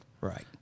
Right